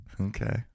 Okay